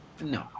No